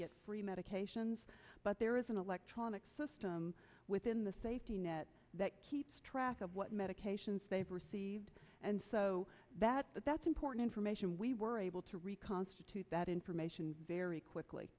get free medications but there is an electronic system within the safety net that keeps track of what medications they've received and so that that's important information we were able to reconstitute that information very